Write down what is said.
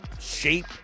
shape